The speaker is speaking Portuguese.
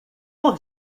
por